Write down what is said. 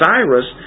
Cyrus